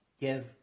Give